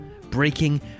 breaking